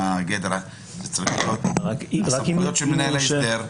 מה גדר סמכויות מנהל ההסדר?